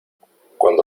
cuando